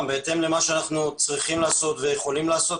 בהתאם למה שאנחנו צריכים לעשות ויכולים לעשות,